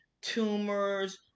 tumors